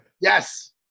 Yes